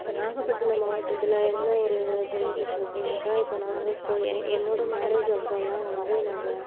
இப்போ நாகப்பட்டினம் மாவட்டத்தில் என்ன ஒரு பெனிஃபிட்ஸ் அப்படினாக்கா இப்போ நாங்கள் என் என்னோடய மேரேஜ் அப்பெல்லாம் வந்து நாங்கள்